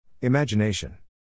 Imagination